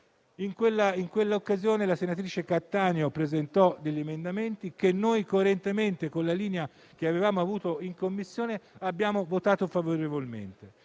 In quell'occasione, la senatrice Cattaneo presentò emendamenti su cui noi, coerentemente con la linea che avevamo avuto in Commissione, abbiamo espresso voto favorevole.